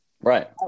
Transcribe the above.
Right